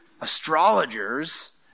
astrologers